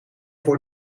voor